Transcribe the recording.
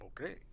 Okay